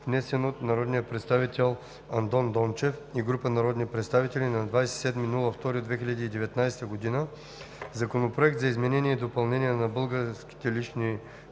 внесен от народния представител Андон Дончев и група народни представители на 27 февруари 2019 г., Законопроект за изменение и допълнение на Закона за българските лични